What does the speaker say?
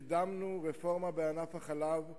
קידמנו רפורמה בענף החלב,